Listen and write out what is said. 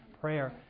prayer